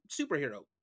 superhero